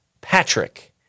Patrick